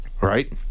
Right